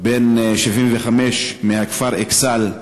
בן 75 מהכפר אכסאל,